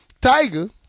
Tiger